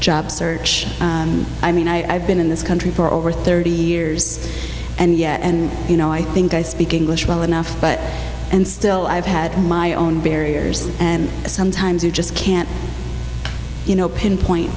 job search i mean i've been in this country for over thirty years and yet and you know i think i speak english well enough but and still i've had my own barriers and sometimes you just can't you know pinpoint